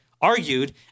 argued